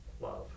love